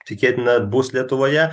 tikėtina bus lietuvoje